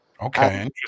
Okay